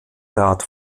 rat